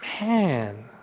Man